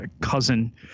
cousin